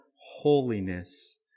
holiness